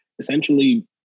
Essentially